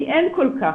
כי אין כל כך.